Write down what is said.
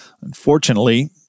Unfortunately